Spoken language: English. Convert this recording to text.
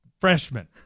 Freshman